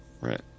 Right